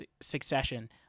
succession